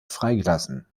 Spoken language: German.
freigelassen